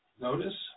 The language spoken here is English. notice